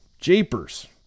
jeepers